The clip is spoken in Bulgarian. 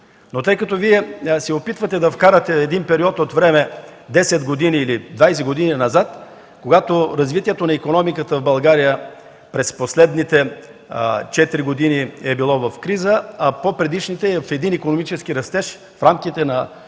неизвестни? Вие се опитвате да вкарате един период от време – 10 или 20 години назад, когато развитието на икономиката в България през последните четири години е било в криза, а в по-предишните в един икономически растеж в рамките на